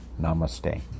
Namaste